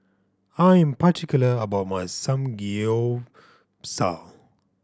I am particular about my Samgyeopsal